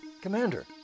Commander